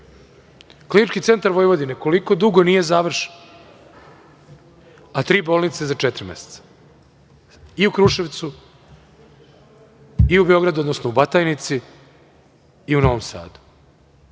Klinički centar Vojvodine koliko dugo nije završen, a tri bolnice za četiri meseca, i u Kruševcu, i u Beogradu, odnosno u Batajnici, i u Novom Sadu.